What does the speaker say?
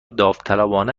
داوطلبانه